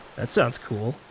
that sounds cool.